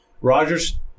Rogers